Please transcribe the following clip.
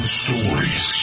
stories